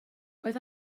oedd